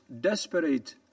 desperate